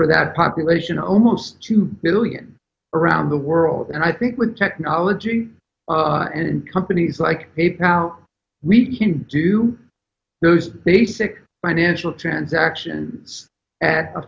for that population almost two billion around the world and i think with technology and companies like heat now we can do those basic financial transactions at a